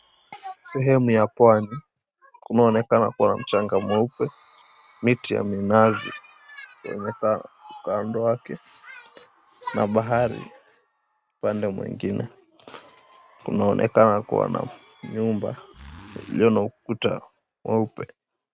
Sehemu ya pwani, kunaonekana kua na mchanga mweupe, miti ya minazi na kando yake na bahari upande mwingine. Kunaonekana kuwa na nyumba iliyo na ukuta mweupe.